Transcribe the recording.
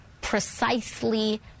precisely